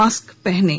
mask पहनें